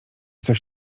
coś